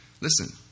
listen